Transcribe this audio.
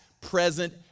present